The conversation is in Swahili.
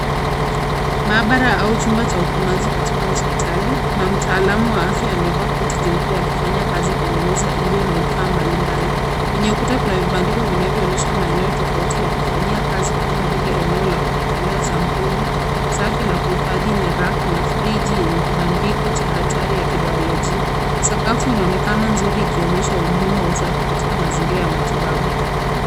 Maabara au chumba cha upimaji katika hospitali. Kuna mtaalamu wa afya amevaa koti jeupe akifanya kazi kwenye meza iliyo na vifaa mbalimbali. Kwenye ukuta kuna vibandiko vinavyoonyesha maeneo tofauti ya kufanyia kazi kama vile eneo la kupokelea sampuli, safi la kuhifadhi nyaraka na friji yenye kibandiko cha hatari ya kibayolojia. Sakafu inaonekana nzuri ikionyesha umuhimu wa usafi katika mazingira ya matibabu.